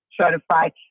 certified